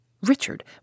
Richard